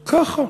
ככה.